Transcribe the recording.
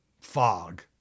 fog